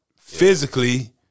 physically